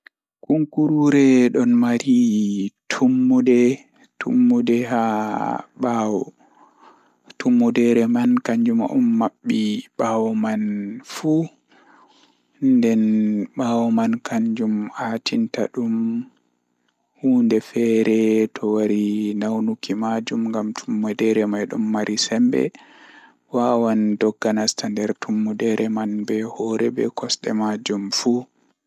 Kunkurure ɗon marii tummudee. Tummude haa ɓaawo. Tummudeere man kanjuma umma bi ɓawo man fu nden ɓawo man kanjum atinta ɗum hunde feere to wari naunuki maajum, gam tummudere man don marii sembe. Wawan dogga nasta ndere tummudere man be hooere be kosɗe maajum fu.